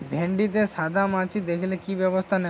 ভিন্ডিতে সাদা মাছি দেখালে কি ব্যবস্থা নেবো?